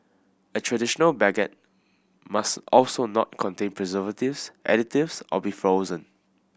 a traditional baguette must also not contain preservatives additives or be frozen